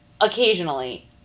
occasionally